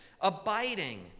abiding